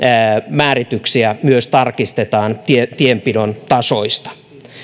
määrityksiä myös tarkistetaan tienpidon tasoista